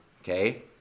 okay